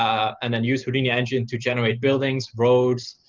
um and then use houdini engine to generate buildings, roads,